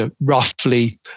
roughly